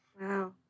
Wow